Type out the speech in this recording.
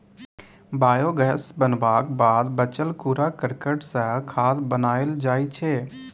biogas बनबाक बाद बचल कुरा करकट सँ खाद बनाएल जाइ छै